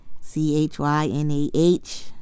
C-H-Y-N-A-H